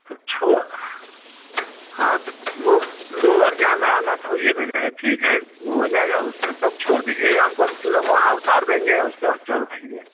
तो छः हाँ तो दो दो बार जाना आना त होइए न जाएगा ठीक है हो जाएगा उसमें तब छोड़ दीजिएगा हमको हम ल वहाँ उतार देंगे उसके बाद चल आएँगे